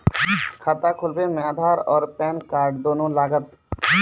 खाता खोलबे मे आधार और पेन कार्ड दोनों लागत?